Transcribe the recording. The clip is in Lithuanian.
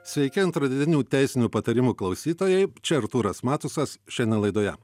sveiki antradieninių teisinių patarimų klausytojai čia artūras matusas šiandien laidoje